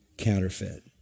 counterfeit